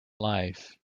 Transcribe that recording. life